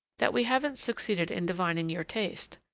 that we haven't succeeded in divining your taste.